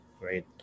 right